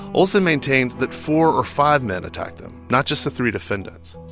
olsen maintained that four or five men attacked them, not just the three defendants.